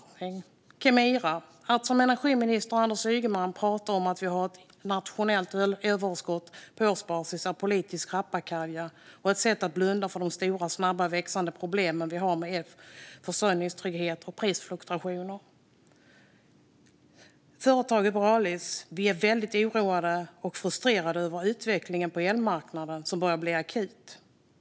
Kemira: "Att som energiminister Anders Ygeman prata om att vi har ett nationellt elöverskott på årsbasis är politisk rappakalja och ett sätt att blunda för de stora och snabbt växande problemen vi har med försörjningstrygghet och prisfluktuationer." Borealis: "Vi är väldigt oroade och frustrerade över utvecklingen på elmarknaden som börjar bli akut."